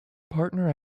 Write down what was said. partner